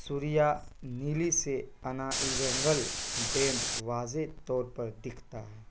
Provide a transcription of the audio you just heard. سوریا نیلی سے انائیرنگل ڈیم واضح طور پر دکھتا ہے